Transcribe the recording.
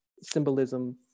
symbolism